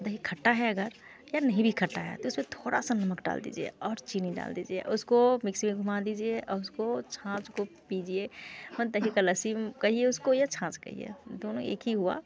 दही खट्टा है अगर या नहीं भी खट्टा है तो उस में थोड़ा सा नमक डाल दीजिए और चीनी डाल दीजिए उसको मिक्सी घुमा दीजिए उसको छाँछ को पीजिए हम दही की लस्सी कहिए उसको या छाँछ कहिए दोनों एक ही हुआ